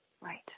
Right